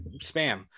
spam